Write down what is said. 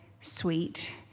sweet